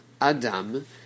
Adam